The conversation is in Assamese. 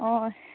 অঁ